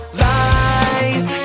lies